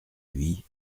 lui